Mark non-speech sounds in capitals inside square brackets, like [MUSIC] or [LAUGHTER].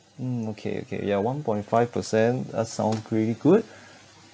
mm okay okay ya one point five percent does sound pretty good [BREATH]